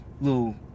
little